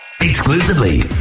Exclusively